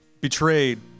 betrayed